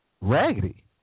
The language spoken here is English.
raggedy